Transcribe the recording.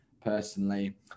personally